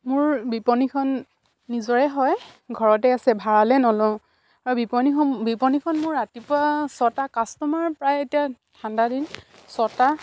মোৰ বিপণীখন নিজৰে হয় ঘৰতে আছে ভাড়ালৈ নলওঁ আৰু বিপণীসমূ বিপণীখন মোৰ ৰাতিপুৱা ছটা কাষ্টমাৰ প্ৰায় এতিয়া ঠাণ্ডা দিন ছটা